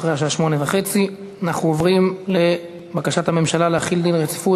אחרי השעה 20:30. אנחנו עוברים לבקשת הממשלה להחיל דין רציפות